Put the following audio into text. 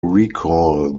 recall